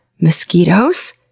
mosquitoes